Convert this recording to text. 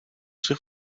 zich